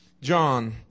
John